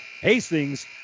Hastings